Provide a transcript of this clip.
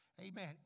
Amen